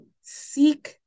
seek